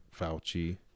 Fauci